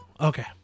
okay